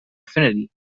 affinity